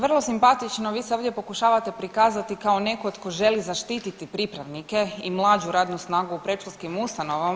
Vrlo simpatično vi se ovdje pokušavate prikazati kao netko tko želi zaštititi pripravnike i mlađu radnu snagu u predškolskim ustanovama.